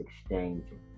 exchanging